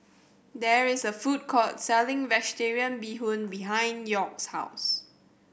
there is a food court selling Vegetarian Bee Hoon behind York's house